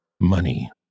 money